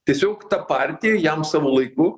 tiesiog ta partija jam savo laiku